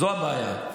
זו הבעיה.